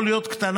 יכולה להיות קטנה.